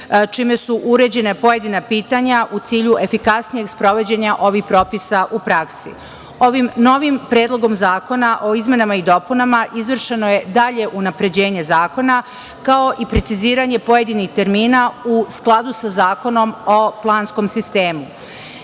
čime su uređena pojedina pitanja u cilju efikasnijeg sprovođenja ovih propisa u praksi. Ovim novim Predlogom zakona o izmenama i dopunama izvršeno je dalje unapređenje zakona, kao i preciziranje pojedinih termina u skladu sa Zakonom o planskom sistemu. Izmenama